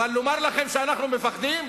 אבל לומר לכם שאנחנו מפחדים?